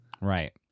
Right